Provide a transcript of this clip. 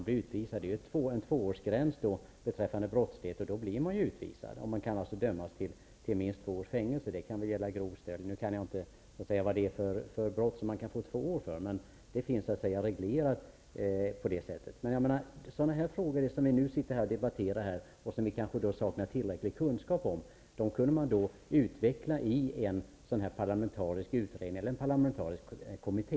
Det handlar om en tvåårsgräns när det gäller brottslighet. Man kan bli utvisad, och man kan bli dömd till minst två års fängelse. Det kan gälla t.ex. grov stöld. Jag kan inte exakt säga vad det är för brott som kan leda till just två års fängelse. Det finns i alla fall en reglering på det här området. Sådana frågor som vi nu debatterar och som vi kanske saknar tillräckliga kunskaper om kunde utvecklas i en parlamentarisk utredning eller kommitté.